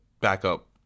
backup